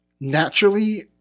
naturally